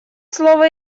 слово